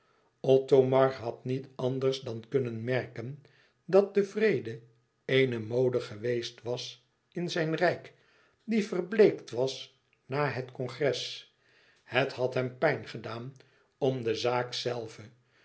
othomar had niet anders dan kunnen merken dat de vrede eene mode geweest was in zijn rijk die verbleekt was na het congres het had hem pijn gedaan om de zaak zelve